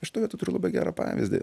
aš toj vietoj turiu labai gerą pavyzdį